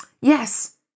Yes